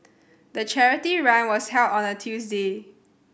the charity run was held on a Tuesday